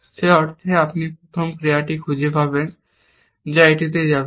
যে মুহুর্তে আপনি প্রথম ক্রিয়াটি খুঁজে পাবেন যা এটিতে যাবে